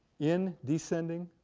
in descending,